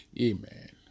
Amen